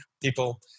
People